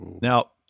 Now